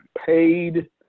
Paid